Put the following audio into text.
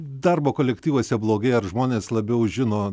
darbo kolektyvuose blogėja ar žmonės labiau žino